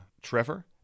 trevor